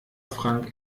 frank